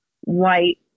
white